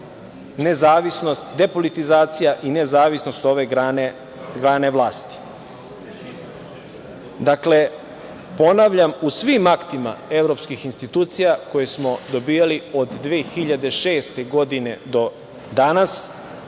nezavisnost, depolitizacija i nezavisnost ove grane vlasti. Dakle, ponavljam, u svim aktima evropskih institucija koje smo dobijali od 2006. godine do danas